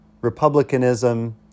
republicanism